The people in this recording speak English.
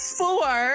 four